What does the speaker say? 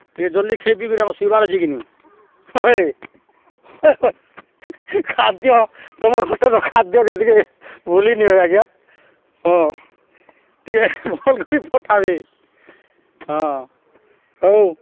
ଟିକେ ଜଲ୍ଦି ଖାଇ ପିଇ କରି ଆମର୍ ଶୁଇବାର୍ ଅଛେ କିିନି ହଏ ହଏ ହଏ ଖାଦ୍ୟ ତମର ହୋଟେଲ୍ର ଖାଦ୍ୟକେ ଟିକେ ଭୁଲିିନି ହୁଏ ଆଜ୍ଞା ହଁ ଟିକେ ଭଲ୍ କରି ପଠାବେ ହଁ ହଉ